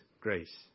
grace